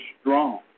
strong